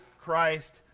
christ